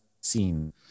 seen